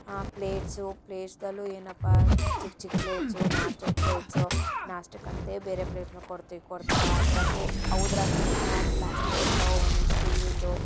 ಆ ಪ್ಲೇಟ್ಸು ಪ್ಲೇಟ್ಸಲ್ಲೂ ಏನಪ್ಪ ಚಿಕ್ಕ ಚಿಕ್ಕ ಪ್ಲೇಟ್ಸು ನಾಷ್ಟದ ಪ್ಲೇಟ್ಸು ನಾಷ್ಟಕ್ಕಂತೇ ಬೇರೆ ಪ್ಲೇಟನ್ನ ಕೊಡ್ತೀವಿ ಕೊಡ್ತಾರ ಅದರಾಗೂ ಅವ್ದ್ರಾಗ ಭಿ ಏನಪ್ಪ ಒಂದು ಪ್ಲಾಸ್ಟಿಕ್ದು ಇರ್ತವೆ ಒಂದೊಂದು ಸ್ಟೀಲಿಂದು